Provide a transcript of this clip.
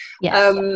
Yes